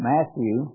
Matthew